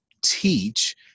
teach